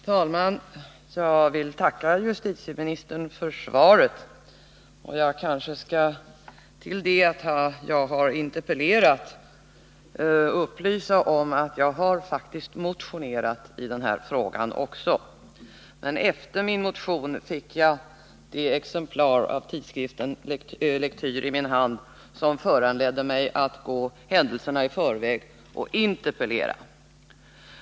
Herr talman! Jag vill tacka justitieministern för svaret. Jag kanske borde upplysa om att jag faktiskt också motionerat i denna fråga. Efter min motion fick jag det exemplar av tidskriften Lektyr i min hand som föranledde mig att gå händelserna i förväg och interpellera.